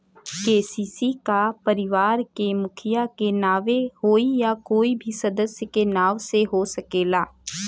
KCC का परिवार के मुखिया के नावे होई या कोई भी सदस्य के नाव से हो सकेला?